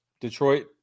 Detroit